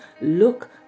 look